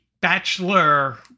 bachelor